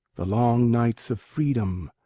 the long nights of freedom,